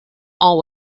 all